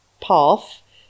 path